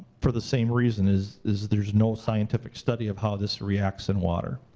for the same reason, is is there's no scientific study of how this reacts in water.